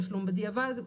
תשלום בדיעבד,